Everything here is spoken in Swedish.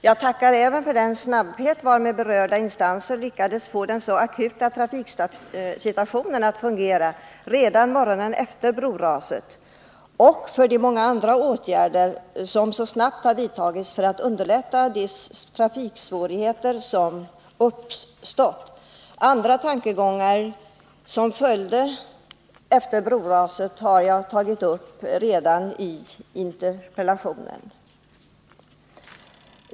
Jag tackar även för den snabbhet varmed berörda instanser lyckades få den så akut svåra trafiksituationen att fungera redan morgonen efter broraset och för många andra åtgärder som så snabbt har vidtagits för att minska de trafiksvårigheter som uppstått. Andra tankegångar som fördes fram efter broraset har jag tagit upp redan i interpellationen.